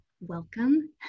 welcome